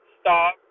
stop